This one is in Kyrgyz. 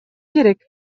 керек